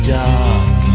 dark